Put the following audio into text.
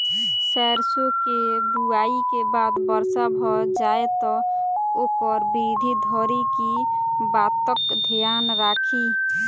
सैरसो केँ बुआई केँ बाद वर्षा भऽ जाय तऽ ओकर वृद्धि धरि की बातक ध्यान राखि?